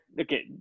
Okay